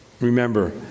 Remember